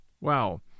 Wow